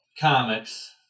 comics